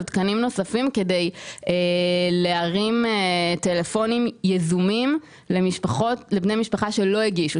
תקנים נוספים כדי להרים טלפונים יזומים לבני משפחה שלא הגישו,